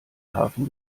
hafen